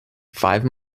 five